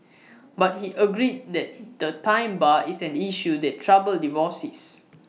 but he agreed that the time bar is an issue that troubles divorcees